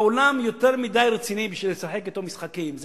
העולם יותר מדי רציני בשביל לשחק אתו משחקים.